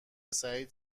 سعید